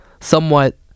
somewhat